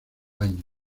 año